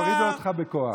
יורידו אותך בכוח.